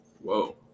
Whoa